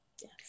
yes